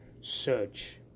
search